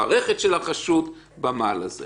חוזרים על דיון שהיה רק לפני יומיים או שלושה.